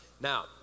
Now